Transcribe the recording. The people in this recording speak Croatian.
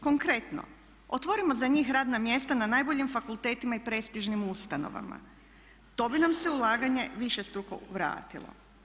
Konkretno, otvorimo za njih radna mjesta na najboljim fakultetima i prestižnim ustanovama, to bi nam se ulaganje višestruko vratilo.